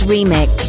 Remix